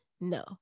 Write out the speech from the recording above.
no